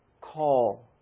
call